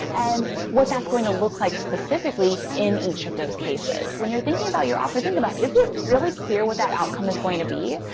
and what that's going to look like specifically in each of those cases. when you're thinking about your offer, think about is it really clear what that outcome is going to be?